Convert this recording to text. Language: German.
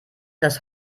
das